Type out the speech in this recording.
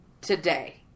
today